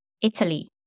Italy